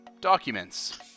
documents